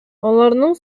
аларның